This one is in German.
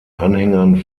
anhängern